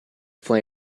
fly